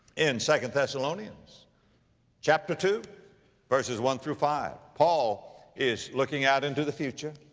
in second thessalonians chapter two verses one through five, paul is looking out into the future.